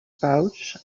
pouch